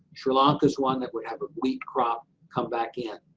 sri lanka's one that would have a weak crop come back in.